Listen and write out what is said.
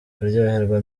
kuryoherwa